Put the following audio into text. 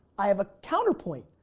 i have a counterpoint.